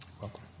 welcome